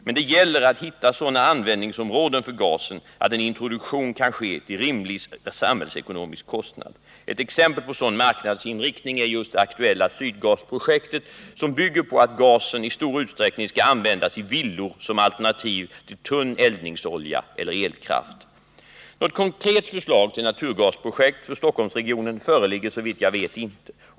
Men det gäller att hitta sådana användningsområden för gasen att en introduktion kan ske till rimlig samhällsekonomisk kostnad. Ett exempel på en sådan marknadsinriktning är just det aktuella Sydgasprojektet, som bygger på att gasen i stor utsträckning skall användas i villor som alternativ till tunn eldningsolja eller elkraft. Något konkret förslag till naturgasprojekt för Stockholmsregionen föreligger såvitt jag vet inte.